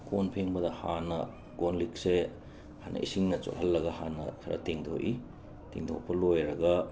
ꯀꯣꯟ ꯐꯦꯡꯕꯗ ꯍꯥꯟꯅ ꯀꯣꯟ ꯂꯤꯛꯁꯦ ꯍꯥꯟꯅ ꯏꯁꯤꯡꯅ ꯆꯣꯠꯍꯜꯂꯒ ꯍꯥꯟꯅ ꯈꯔ ꯇꯦꯡꯊꯣꯛꯏ ꯇꯦꯡꯊꯣꯛꯄ ꯂꯣꯏꯔꯒ